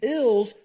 ills